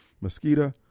Mosquito